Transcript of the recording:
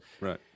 Right